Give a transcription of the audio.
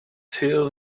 two